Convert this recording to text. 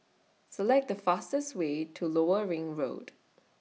Select The fastest Way to Lower Ring Road